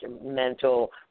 mental